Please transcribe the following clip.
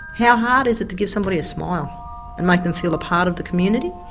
how hard is it to give somebody a smile and make them feel a part of the community,